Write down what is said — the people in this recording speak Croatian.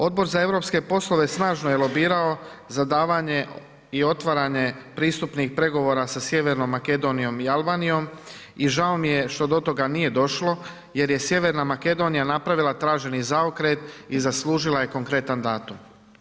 Odbor za europske poslove snažno je lobirao za davanje i otvaranje pristupnih pregovora sa Sjevernom Makedonijom i Albanijom i žao mi je što do toga nije došlo jer je Sjeverna Makedonija napravila traženi zaokret i zaslužila je konkretan datum.